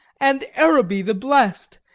and araby the blest,